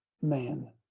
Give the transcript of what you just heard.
man